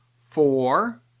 Four